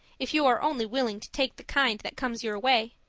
if you are only willing to take the kind that comes your way.